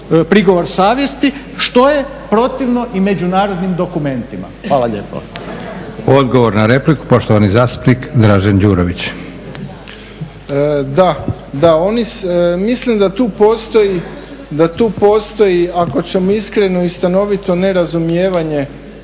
prigovor savjesti što je protivno i međunarodnim dokumentima. Hvala lijepo. **Leko, Josip (SDP)** Odgovor na repliku poštovani zastupnik Dražen Đurović. **Đurović, Dražen (HDSSB)** Da, oni mislim da tu postoji ako ćemo iskreno i stanovito nerazumijevanje